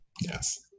Yes